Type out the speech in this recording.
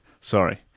sorry